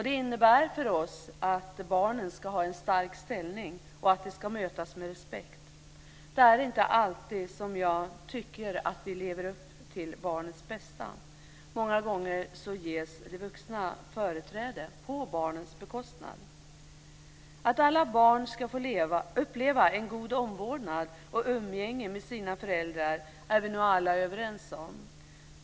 Det innebär för oss att barnen ska ha en stark ställning och att de ska mötas med respekt. Det är inte alltid som jag tycker att vi lever upp till barnets bästa. Många gånger ges de vuxna företräde på barnens bekostnad. Att alla barn ska få uppleva en god omvårdnad och umgänge med sina föräldrar är vi nog alla överens om.